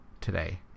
today